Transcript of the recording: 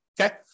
Okay